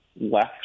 left